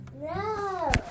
No